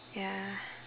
ya